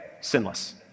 sinless